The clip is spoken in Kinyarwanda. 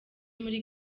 muri